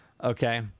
Okay